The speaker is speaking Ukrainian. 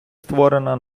створена